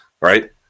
right